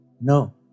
No